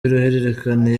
y’uruhererekane